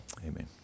amen